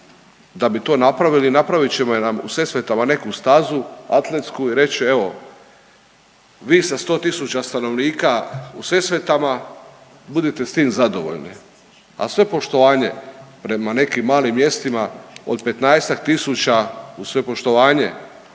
Da bi to napravili napravit će nam u Sesvetama neku stazu atletsku i reći evo vi sa 100 000 stanovnika u Sesvetama budite s tim zadovoljni. A sve poštovanje prema nekim malim mjestima od petnaestak